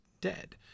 dead